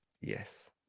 Yes